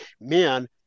men